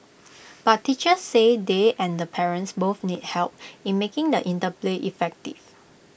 but teachers say they and the parents both need help in making the interplay effective